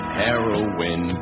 heroin